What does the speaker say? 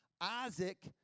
Isaac